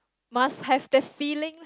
must have the feeling